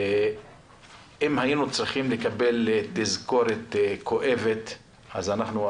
אם היינו צריכים לקבל תזכורת כואבת אז אנחנו,